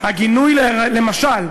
למשל.